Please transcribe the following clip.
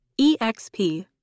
EXP